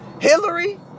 Hillary